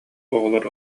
оҕолор